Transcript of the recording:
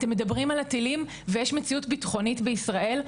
אתם מדברים על הטילים ויש מציאות ביטחונית בישראל,